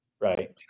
right